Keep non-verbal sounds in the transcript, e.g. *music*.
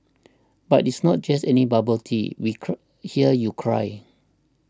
but it's not just any bubble tea we *unintelligible* hear you cry